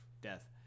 Death